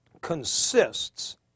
consists